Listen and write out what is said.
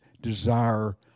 desire